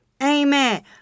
Amen